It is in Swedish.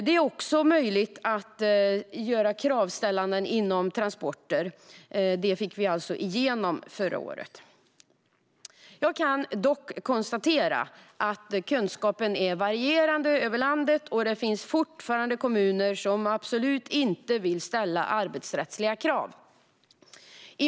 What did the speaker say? Det är också möjligt att göra kravställanden inom transporter. Det fick vi alltså igenom förra året. Jag kan dock konstatera att kunskapen varierar över landet och att det fortfarande finns kommuner som absolut inte vill ställa arbetsrättsliga krav.